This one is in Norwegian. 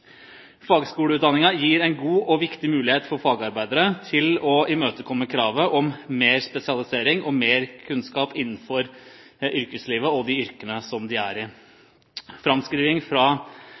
gir en god og viktig mulighet for fagarbeidere til å imøtekomme kravet om mer spesialisering og mer kunnskap innenfor yrkeslivet og de yrkene som de er i.